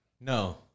No